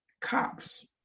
cops